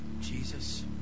Jesus